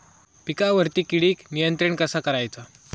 पिकावरची किडीक नियंत्रण कसा करायचा?